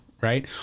right